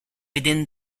within